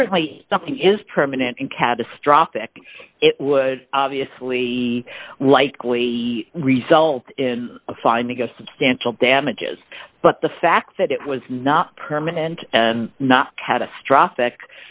certainly nothing is permanent and catastrophic it would obviously likely result in a finding of substantial damages but the fact that it was not permanent and not catastrophic